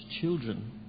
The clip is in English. children